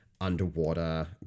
underwater